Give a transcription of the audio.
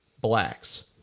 blacks